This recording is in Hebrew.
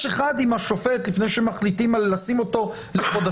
אחד עם השופט לפני שמחליטים על לשים אותו חודשים